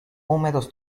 húmedos